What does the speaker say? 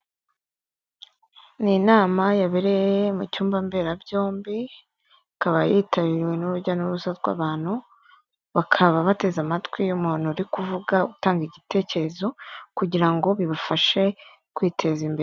Ni inama yabereye mu cyumba mberabyombi ikaba yitabiriwe n'urujya n'uruza rw'abantu bakaba bateze amatwi umuntu uri kuvuga utanga igitekerezo kugira ngo bibafashe kwiteza imbere.